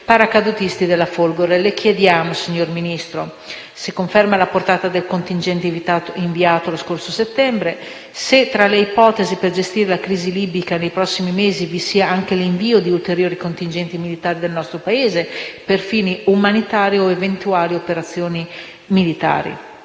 paracadutisti della Folgore. Le chiediamo, signor Ministro, se conferma la portata del contingente inviato lo scorso settembre, se tra le ipotesi per gestire la crisi libica nei prossimi mesi vi sia anche l'invio di ulteriori contingenti militari del nostro Paese, per fini umanitari o per eventuali operazioni militari,